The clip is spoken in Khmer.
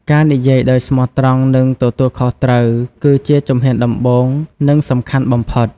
ការនិយាយដោយស្មោះត្រង់ និងទទួលខុសត្រូវ គឺជាជំហានដំបូង និងសំខាន់បំផុត។